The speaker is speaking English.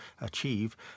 achieve